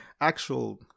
actual